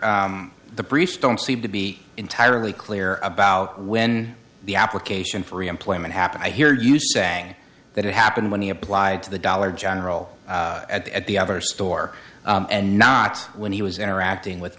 here the briefs don't seem to be entirely clear about when the application for employment happened i hear you saying that it happened when he applied to the dollar general at the at the other store and not when he was interacting with